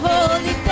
Holy